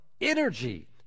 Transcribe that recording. energy